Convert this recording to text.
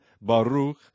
Baruch